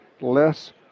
less